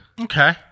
Okay